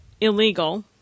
illegal